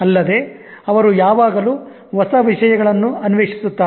ಅಲ್ಲದೆ ಅವರು ಯಾವಾಗಲೂ ಹೊಸ ವಿಷಯಗಳನ್ನು ಅನ್ವೇಷಿ ಸುತ್ತಿರುತ್ತಾರೆ